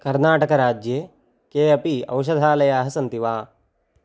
कर्नाटकराज्ये के अपि औषधालयाः सन्ति वा